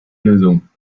lösung